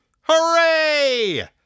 Hooray